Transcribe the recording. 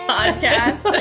Podcast